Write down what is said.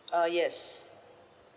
uh yes